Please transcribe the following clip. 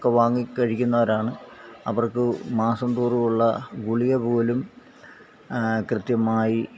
ഒക്കെ വാങ്ങി കഴിക്കുന്നവരാണ് അവർക്ക് മാസംതോറും ഉള്ള ഗുളിക പോലും കൃത്യമായി